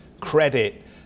credit